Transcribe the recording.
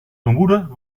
vermoeden